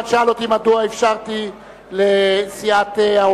הוליכה שולל.